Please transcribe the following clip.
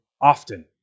often